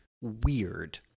weird